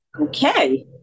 Okay